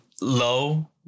low